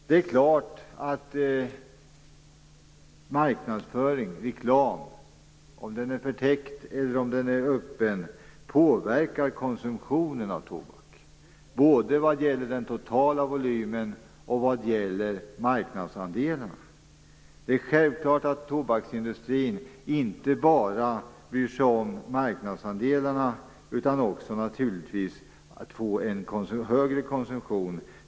Det är klart att marknadsföring, dvs. reklam, vare sig den är förtäckt eller öppen påverkar konsumtionen av tobak, både vad gäller den totala volymen och vad gäller marknadsandelarna. Det är självklart att tobaksindustrin inte bara bryr sig om marknadsandelarna, utan man vill naturligtvis också få en högre konsumtion.